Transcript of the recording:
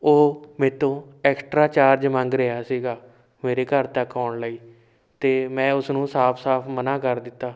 ਉਹ ਮੇਰੇ ਤੋਂ ਟੈਕਸਟਰਾ ਚਾਰਜ ਮੰਗ ਰਿਹਾ ਸੀਗਾ ਮੇਰੇ ਘਰ ਤੱਕ ਆਉਣ ਲਈ ਅਤੇ ਮੈਂ ਉਸ ਨੂੰ ਸਾਫ ਸਾਫ ਮਨਾ ਕਰ ਦਿੱਤਾ